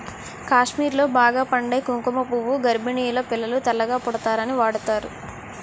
కాశ్మీర్లో బాగా పండే కుంకుమ పువ్వు గర్భిణీలు పిల్లలు తెల్లగా పుడతారని వాడుతారు